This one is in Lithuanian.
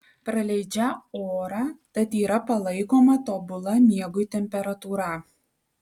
praleidžią orą tad yra palaikoma tobula miegui temperatūra